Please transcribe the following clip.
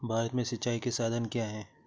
भारत में सिंचाई के साधन क्या है?